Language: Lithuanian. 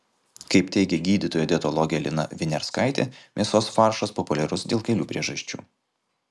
kaip teigia gydytoja dietologė lina viniarskaitė mėsos faršas populiarus dėl kelių priežasčių